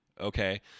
okay